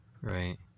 Right